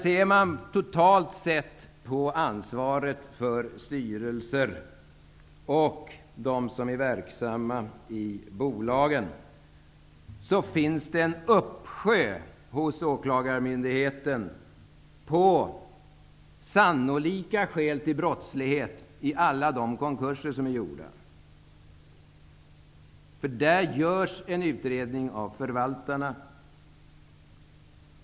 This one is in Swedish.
Ser man totalt till ansvaret för styrelser och för dem som är verksamma i bolagen, finns det hos åklagarmyndigheterna en uppsjö fall av konkurser där det sannolikt är fråga om brottslighet. Där görs en utredning av förvaltarna.